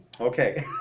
Okay